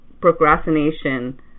procrastination